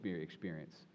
experience